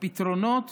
פתרונות